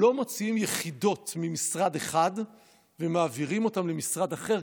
לא מוציאים יחידות ממשרד אחד ומעבירים אותן למשרד אחר,